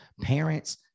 Parents